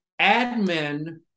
admin